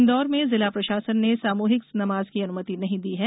इन्दौर में जिला प्रशासन ने सामूहिक नमाज की अनुमति नहीं दी है